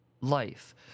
life